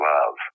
Love